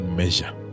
measure